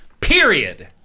Period